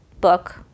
book